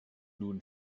nun